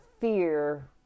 fear